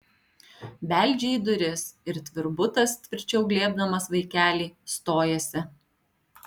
beldžia į duris ir tvirbutas tvirčiau glėbdamas vaikelį stojasi